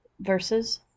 Verses